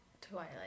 twilight